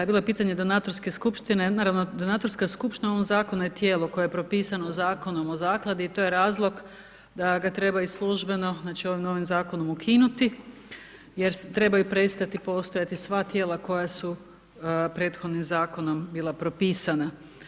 Bilo je potanje donatorske skupštine, naravno, donatorska skupština u ovom zakonu je tijelo koje je propisano Zakonom o zakladi i to je razlog da ga trebaju i službeno, znači ovim novim zakonom ukinuti jer trebaju prestati postojati sva tijela koja su prethodnim zakonom bila propisana.